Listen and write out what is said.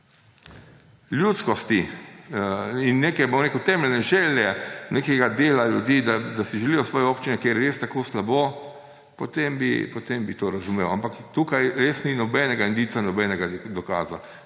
ljudskosti in neke temeljne želje nekega dela ljudi, da si želijo svoje občine, ker je res tako slabo, potem bi to razumel, ampak tukaj res ni nobenega indica, nobenega dokaza.